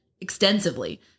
extensively